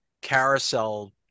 carousel